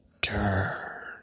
turn